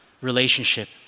relationship